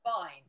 fine